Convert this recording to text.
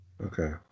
Okay